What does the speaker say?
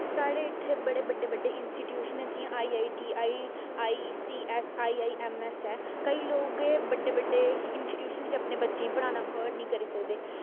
साढ़ै इत्थें बड़े बड्डे बड्डे इंस्टीट्यूशन न जियां I I T I I T S I I S S ऐ केईं लोग एह् बड्डे बड्डे इंस्टीट्यूशन च अपने बच्चें गी पढ़ाना ऐफर्ड करी सकदे